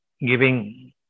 giving